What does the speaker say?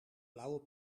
blauwe